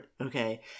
Okay